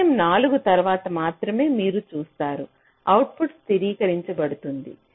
సమయం 4 తర్వాత మాత్రమే మీరు చూస్తారు అవుట్పుట్ స్థిరీకరించబడుతుంది